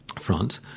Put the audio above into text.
front